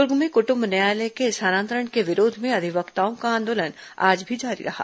दुर्ग में कुटम्ब न्यायालय के स्थानांतरण के विरोध में अधिवक्ताओं का आंदोलन आज भी जारी रहा